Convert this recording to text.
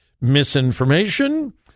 misinformation